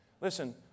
Listen